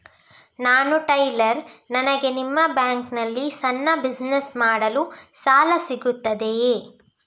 ನಾನು ಟೈಲರ್, ನನಗೆ ನಿಮ್ಮ ಬ್ಯಾಂಕ್ ನಲ್ಲಿ ಸಣ್ಣ ಬಿಸಿನೆಸ್ ಮಾಡಲು ಸಾಲ ಸಿಗುತ್ತದೆಯೇ?